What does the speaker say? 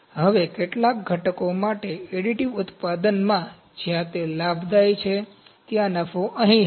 હવે કેટલાક ઘટકો માટે અડિટીવ ઉત્પાદનમાં જ્યાં તે લાભદાયી છે ત્યાં નફો અહીં હશે